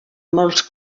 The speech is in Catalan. molts